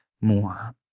more